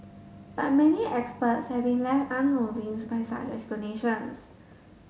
but many experts have been left unconvinced by such explanations